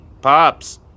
pops